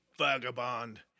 vagabond